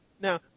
Now